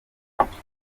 gutakaza